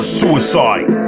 suicide